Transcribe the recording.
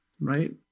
Right